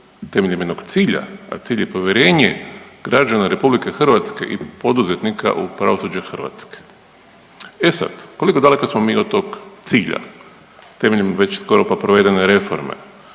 temeljem jednog cilja, a cilj je povjerenje građana RH i poduzetnika, u pravosuđe Hrvatske. E sad, koliko daleko smo mi od tog cilja, temeljem već skoro pa provedene reforme?